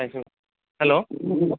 hello